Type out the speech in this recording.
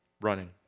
running